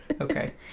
Okay